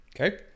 Okay